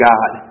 God